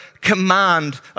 command